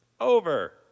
Over